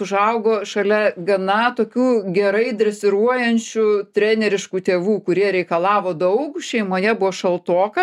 užaugo šalia gana tokių gerai dresiruojančių treneriškų tėvų kurie reikalavo daug šeimoje buvo šaltoka